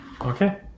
Okay